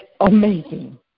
amazing